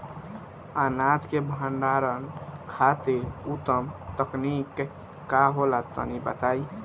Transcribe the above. अनाज के भंडारण खातिर उत्तम तकनीक का होला तनी बताई?